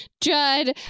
Judd